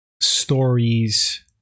stories